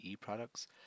products